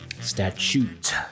Statute